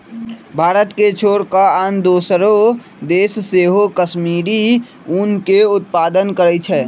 भारत के छोर कऽ आन दोसरो देश सेहो कश्मीरी ऊन के उत्पादन करइ छै